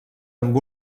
amb